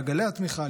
מעגלי התמיכה,